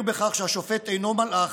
להכיר בכך שהשופט אינו מלאך